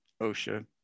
OSHA